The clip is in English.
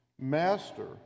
Master